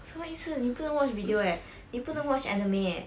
什么意思你不能 video eh 你不能 watch anime eh